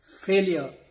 failure